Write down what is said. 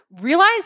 realize